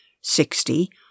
sixty